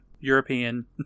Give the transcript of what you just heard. European